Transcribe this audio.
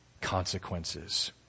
consequences